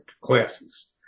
classes